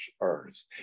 earth